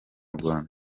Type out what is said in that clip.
rwanda